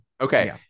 Okay